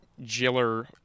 jiller